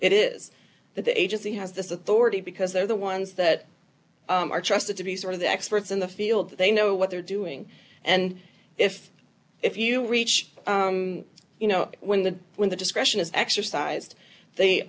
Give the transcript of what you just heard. it is that the agency has this authority because they're the ones that are trusted to be sort of the experts in the field that they know what they're doing and if if you reach you know when the when the discretion is exercised they